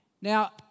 Now